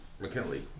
McKinley